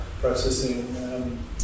processing